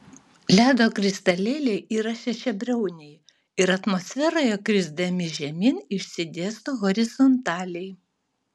ledo kristalėliai yra šešiabriauniai ir atmosferoje krisdami žemyn išsidėsto horizontaliai